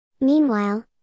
Meanwhile